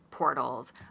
portals